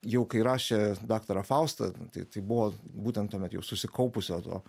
jau kai rašė daktarą faustą tai tai buvo būtent tuomet jau susikaupusio to